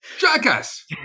jackass